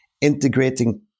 integrating